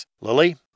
Lily